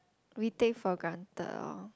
we take for granted lor